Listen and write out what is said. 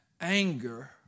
Anger